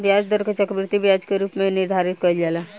ब्याज दर के चक्रवृद्धि ब्याज के रूप में भी निर्धारित कईल जाला